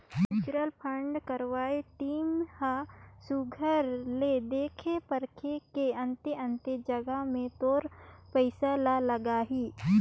mutual fund करवइया team ह सुग्घर ले देख परेख के अन्ते अन्ते जगहा में तोर पइसा ल लगाहीं